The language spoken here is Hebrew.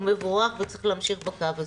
הוא מבורך וצריך להמשיך בקו הזה.